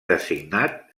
designat